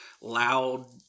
loud